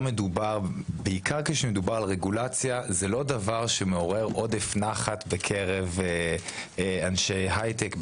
שבעיקר כשמדובר על רגולציה זה לא דבר שמעורר עודף נחת בקרב אנשי הייטק,